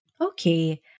Okay